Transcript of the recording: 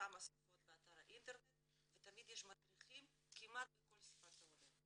בכמה שפות באתר האינטרנט ותמיד יש מדריכים כמעט בכל שפת העולים.